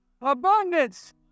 Abundance